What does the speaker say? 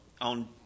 on